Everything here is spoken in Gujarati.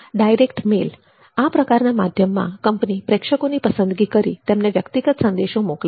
ડાયરેક્ટ મેલ આ પ્રકારના માધ્યમમાં કંપની પ્રેક્ષકોની પસંદગી કરી તેમને વ્યક્તિગત સંદેશો મોકલે છે